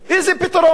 איזה פתרון?